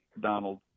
donald